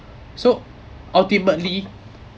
so ultimately